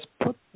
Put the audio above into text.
put